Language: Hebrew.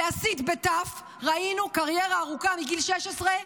להסית בתי"ו, ראינו קריירה ארוכה מגיל 16,